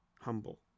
humble